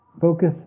Focus